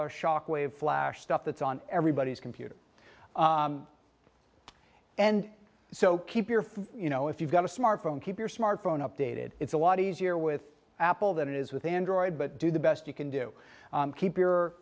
java shockwave flash stuff that's on everybody's computer and so keep your faith you know if you've got a smartphone keep your smartphone updated it's a lot easier with apple than it is with android but do the best you can do keep you